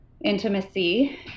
intimacy